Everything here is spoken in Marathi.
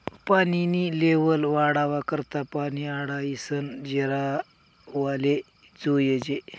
पानी नी लेव्हल वाढावा करता पानी आडायीसन जिरावाले जोयजे